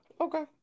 Okay